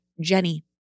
Jenny